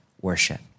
worship